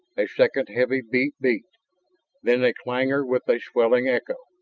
a second heavy beat-beat. then a clangor with a swelling echo.